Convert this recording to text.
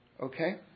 Okay